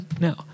No